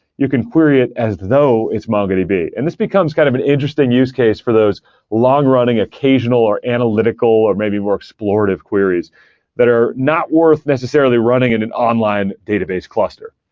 you can query it as though it's mongodb. and this becomes kind of an interesting use case for those long-running, occasional, or analytical, or maybe more explorative queries that are not worth necessarily running in an online database cluster.